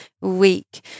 week